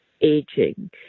aging